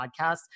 podcast